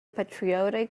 patriotic